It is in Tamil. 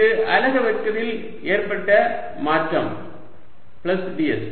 இது அலகு வெக்டரில் ஏற்பட்ட மாற்றம் பிளஸ் ds